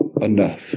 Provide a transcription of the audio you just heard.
enough